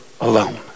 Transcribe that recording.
alone